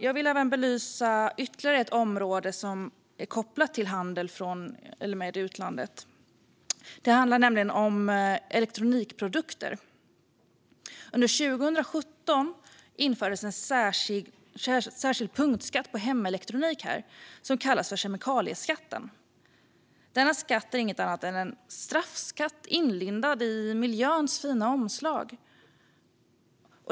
Jag vill belysa ytterligare ett område kopplat till handel med utlandet. Det handlar om elektronikprodukter. Under 2017 infördes en särskild punktskatt på hemelektronik som kallas för kemikalieskatten. Denna skatt är inget annat en straffskatt inlindad i miljöns fina omslag.